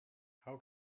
how